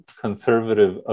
conservative